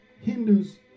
hindus